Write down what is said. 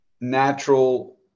natural